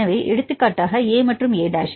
எனவே எடுத்துக்காட்டாக இது a மற்றும் a'